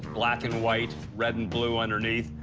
black and white, red and blue underneath.